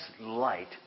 light